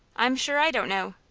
i'm sure i don't know.